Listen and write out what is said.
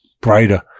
brighter